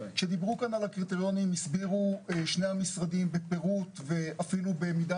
על הקריטריונים הסבירו שני המשרדים בפירוט ואפילו במידה